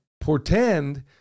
portend